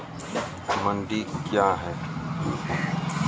मंडी क्या हैं?